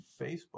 Facebook